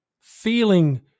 feeling